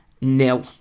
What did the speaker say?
nil